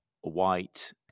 white